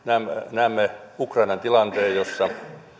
näemme ukrainan tilanteen jossa